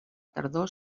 tardor